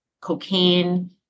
cocaine